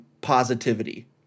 positivity